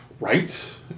Right